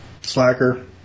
Slacker